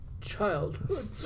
childhood